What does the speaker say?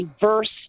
diverse